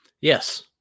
Yes